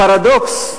הפרדוקס,